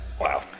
Wow